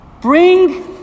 Bring